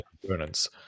components